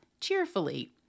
cheerfully